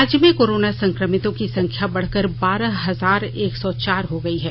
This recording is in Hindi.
राज्य में कोरोना संकमितों की संख्या बढ़कर बारह हजार एक सौ चार हो गयी है